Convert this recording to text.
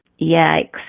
Yikes